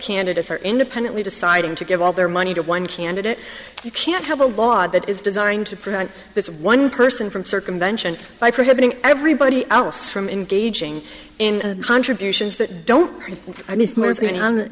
candidates are independently deciding to give all their money to one candidate you can't have a law that is designed to prevent this one person from circumvention by prohibiting everybody else from engaging in contributions that don't m